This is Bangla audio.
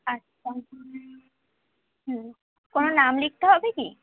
আচ্ছা হুম কোনো নাম লিখতে হবে কি